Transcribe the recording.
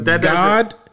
God